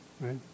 Right